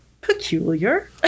peculiar